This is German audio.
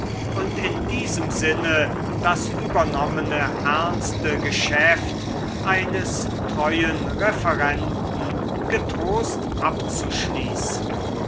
und in diesem sinne das übernommene ernste geschäft eines treuen referenten getrost abzuschließen